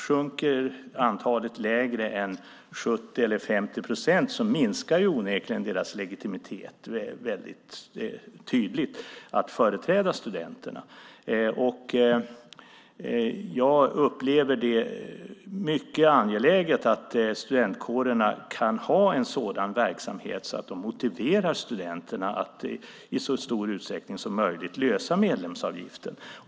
Sjunker antalet lägre än 70 eller 50 procent minskar onekligen deras legitimitet att företräda studenterna väldigt tydligt. Jag upplever det som mycket angeläget att studentkårerna kan ha en sådan verksamhet att de motiverar studenterna att i så stor utsträckning som möjligt lösa medlemsavgiften.